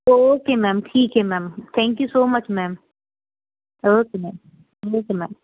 okay ma'am ਠੀਕ ਹੈ ma'am thank you so much ma'am okay ma'am okay ma'am